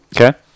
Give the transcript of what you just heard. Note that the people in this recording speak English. Okay